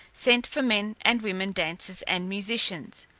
sent for men and women dancers, and musicians.